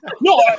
No